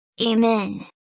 Amen